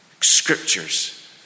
scriptures